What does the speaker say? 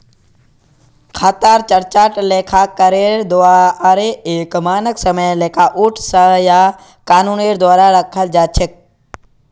खातार चार्टक लेखाकारेर द्वाअरे एक मानक सामान्य लेआउट स या कानूनेर द्वारे रखाल जा छेक